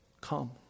Come